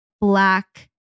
black